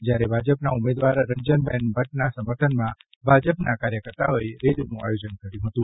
જ્યારે ભાજપના ઉમેદવાર રંજનબહેન ભટ્ટના સમર્થનમાં ભાજપના કાર્યકર્તાઓએ રેલીનું આયોજન કર્યું હતું